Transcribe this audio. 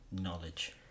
knowledge